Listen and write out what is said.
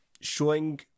showing